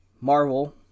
Marvel